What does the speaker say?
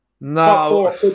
No